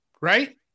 right